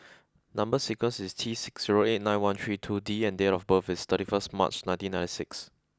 number sequence is T six zero eight nine one three two D and date of birth is thirty first March nineteen ninety six